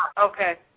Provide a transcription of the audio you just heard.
Okay